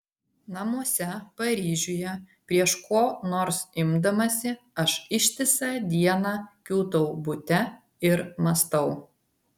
namuose paryžiuje prieš ko nors imdamasi aš ištisą dieną kiūtau bute ir mąstau